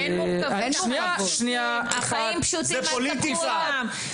אין מורכבות, החיים פשוטים אל תסבכו אותם.